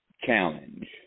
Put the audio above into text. challenge